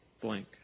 blank